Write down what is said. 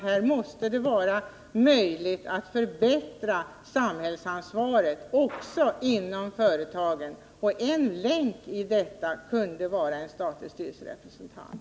Här måste det vara möjligt att öka samhällsansvaret också inom företagen. En länk i kedjan kunde vara en statlig styrelserepresentant.